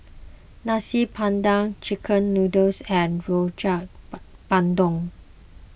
Nasi Padang Chicken Noodles and Rojak Bandung